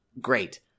Great